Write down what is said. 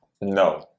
No